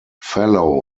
fellow